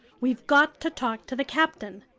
we've got to talk to the captain.